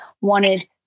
wanted